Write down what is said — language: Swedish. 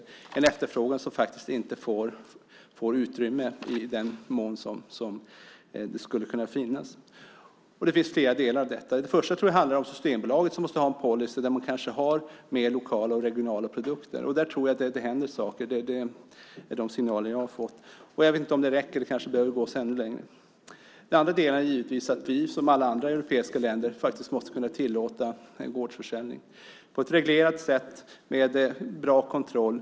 Det är en efterfrågan som faktiskt inte får det utrymme som den borde få. Det finns flera delar i detta. Jag tror att det för det första handlar om att Systembolaget måste ha en policy där man har mer lokala och regionala produkter. Där tror jag att det händer saker. Det visar de signaler jag har fått. Jag vet inte om det räcker. Det behöver kanske gås ännu längre. För det andra måste vi, som alla andra europeiska länder, kunna tillåta gårdsförsäljning på ett reglerat sätt med bra kontroll.